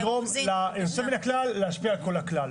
אי אפשר לגרום ליוצא מן הכלל להשפיע על כל הכלל.